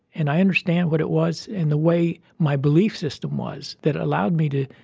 and i understand what it was and the way my belief system was that allowed me to,